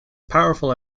powerful